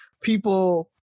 people